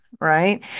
right